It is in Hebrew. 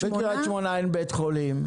--- בקריית שמונה אין בית חולים,